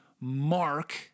mark